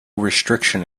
restriction